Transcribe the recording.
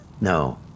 no